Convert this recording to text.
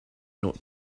not